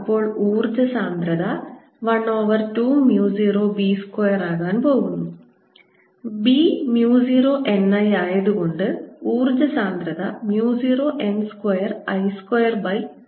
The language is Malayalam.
അപ്പോൾ ഊർജ്ജ സാന്ദ്രത 1 ഓവർ 2 mu 0 B സ്ക്വയറാകാൻ പോകുന്നു B mu 0 n I ആയതുകൊണ്ട് ഊർജ്ജ സാന്ദ്രത mu 0 n square I square by 2 ആയിരിക്കും